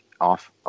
off